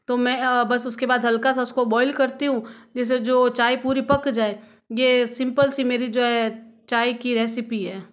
तो मैं बस उसके बाद हल्का सा उसको बॉईल करती हूँ जिससे जो चाय पूरी पक जाए ये सिंपल सी मेरी जो है चाय की रेसिपी है